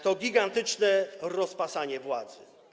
To gigantyczne rozpasanie władzy.